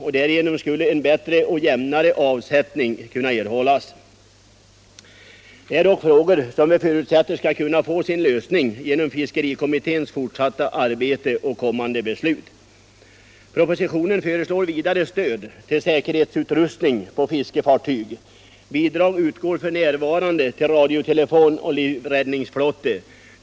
Därigenom skulle en bättre och jämnare avsättning kunna erhållas. Detta är dock frågor som vi förutsätter skall kunna få sin lösning genom fiskerikommitténs fortsatta arbete och kommande beslut. fartyg. Bidrag utgår f. n. till radiotelefon och livräddningsflotte.